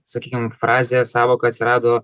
sakykim frazė sąvoka atsirado